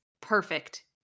perfect